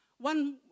one